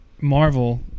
marvel